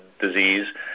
disease